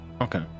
Okay